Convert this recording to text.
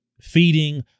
feeding